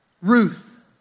Ruth